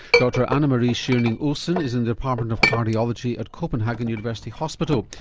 dr anne-marie schjerning olsen is in the department of cardiology at copenhagen university hospital.